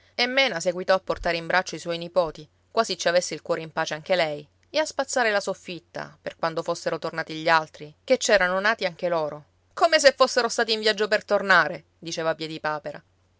e mena seguitò a portare in braccio i suoi nipoti quasi ci avesse il cuore in pace anche lei e a spazzare la soffitta per quando fossero tornati gli altri che c'erano nati anche loro come se fossero stati in viaggio per tornare diceva